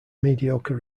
mediocre